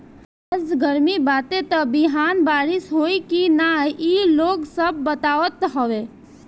आज गरमी बाटे त बिहान बारिश होई की ना इ लोग सब बतावत हवे